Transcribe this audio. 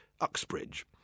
Uxbridge